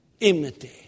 enmity